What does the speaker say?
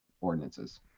ordinances